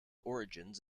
origins